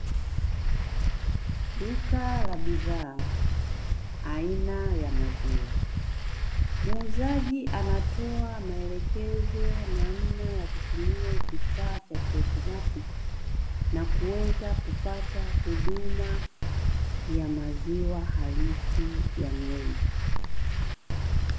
Duka la bidhaa aina ya maziwa, muuzaji anatoa maelekezo namna ya kutumia kifaa cha kiautomatiki, na kuweza kupata huduma ya maziwa halisi ya ng'ombe.